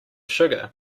sugar